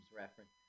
reference